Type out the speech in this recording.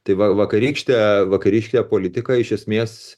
tai va vakarykštė vakarykšė politika iš esmės